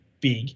big